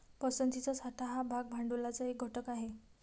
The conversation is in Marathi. पसंतीचा साठा हा भाग भांडवलाचा एक घटक आहे